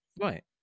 Right